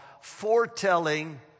foretelling